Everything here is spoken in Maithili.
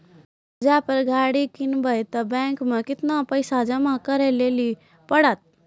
कर्जा पर गाड़ी किनबै तऽ बैंक मे केतना पैसा जमा करे लेली पड़त?